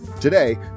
Today